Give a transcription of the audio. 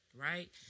right